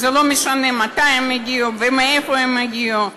וזה לא משנה מתי הם הגיעו ומאיפה הם הגיעו.